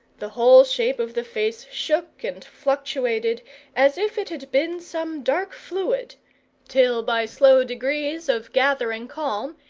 the whole shape of the face shook and fluctuated as if it had been some dark fluid till by slow degrees of gathering calm,